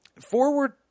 Forward